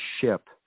ship